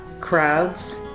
crowds